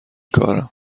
کارم